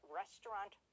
restaurant